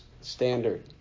standard